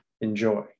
Enjoy